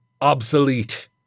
obsolete